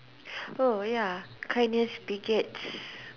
oh ya kindness begets